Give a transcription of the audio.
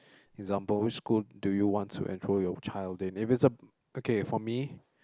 example which school do you want to enroll your child in if it's a okay for me